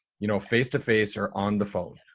you know, face to face or on the phone.